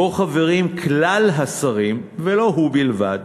שבו חברים כלל השרים, ולא הוא בלבד,